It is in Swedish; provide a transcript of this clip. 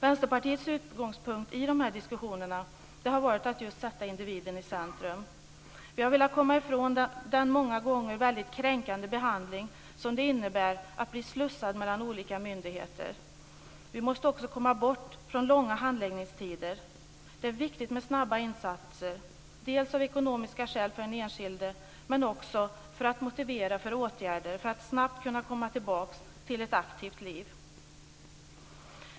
Vänsterpartiets utgångspunkt i de här diskussionerna har varit att just sätta individen i centrum. Vi har velat komma ifrån den många gånger väldigt kränkande behandling som det innebär att bli slussad mellan olika myndigheter. Vi måste också komma bort från långa handläggningstider. Det är viktigt med snabba insatser, dels av ekonomiska skäl för den enskilde, dels för att motivera åtgärder för att snabbt kunna komma tillbaka till ett aktivt liv.